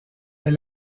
est